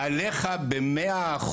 אני סומך עלייך ב-100%,